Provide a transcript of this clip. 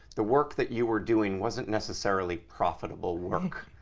the work that you were doing wasn't necessarily profitable work?